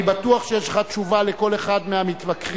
אני בטוח שיש לך תשובה לכל אחד מהמתווכחים,